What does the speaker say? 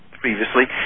previously